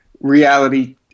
reality